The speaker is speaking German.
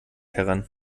heran